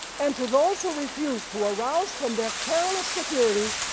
and to those who refuse to arouse from their careless security,